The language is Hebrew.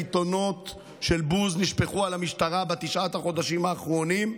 קיתונות של בוז נשפכו על המשטרה בתשעת החודשים האחרונים,